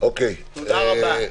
תודה רבה.